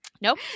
Nope